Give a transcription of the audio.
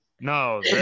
No